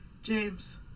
James